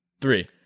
three